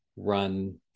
run